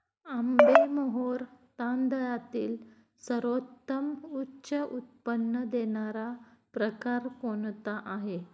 आंबेमोहोर तांदळातील सर्वोत्तम उच्च उत्पन्न देणारा प्रकार कोणता आहे?